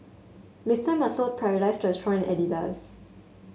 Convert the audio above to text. Mister Muscle Paradise Restaurant Adidas